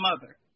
mother